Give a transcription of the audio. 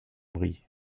brie